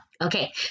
Okay